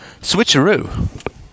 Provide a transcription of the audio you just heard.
switcheroo